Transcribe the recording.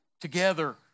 Together